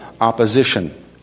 opposition